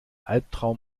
albtraum